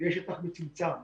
הוא יהיה בשטח מצומצם.